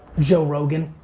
joe rogan.